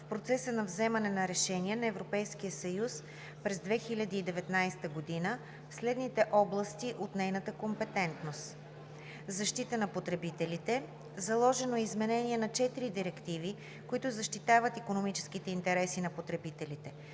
в процеса на вземане на решения на Европейския съюз през 2019 г. в следните области от нейната компетентност: Защита на потребителите Заложено е изменение на четири директиви, които защитават икономическите интереси на потребителите.